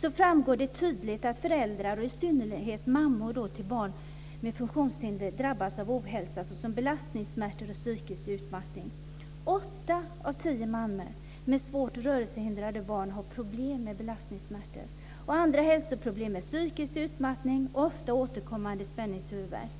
den framgår det tydligt att föräldrar och i synnerhet mammor till barn med funktionshinder drabbas av ohälsa, såsom belastningssmärtor och psykisk utmattning. 8 av 10 mammor med svårt rörelsehindrade barn har problem med belastningssmärtor. Andra hälsoproblem är psykisk utmattning och ofta återkommande spänningshuvudvärk.